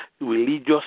religious